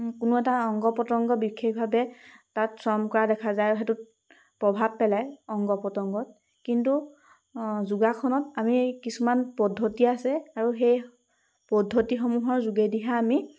কোনো এটা অংগ প্ৰত্যংগ বিশেষভাৱে তাত শ্ৰম কৰা দেখা যায় আৰু সেইটোত প্ৰভাৱ পেলায় অংগ প্ৰত্যংগত কিন্তু যোগাসনত আমি কিছুমান পদ্ধতি আছে আৰু সেই পদ্ধতিসমূহৰ যোগেদিহে আমি